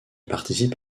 participe